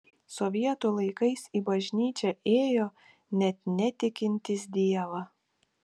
sovietų laikais į bažnyčią ėjo net netikintys dievą